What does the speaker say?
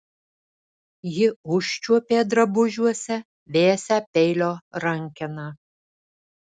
ji užčiuopė drabužiuose vėsią peilio rankeną